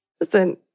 Listen